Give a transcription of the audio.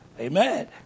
Amen